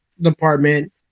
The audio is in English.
department